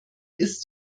ist